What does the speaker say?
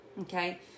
Okay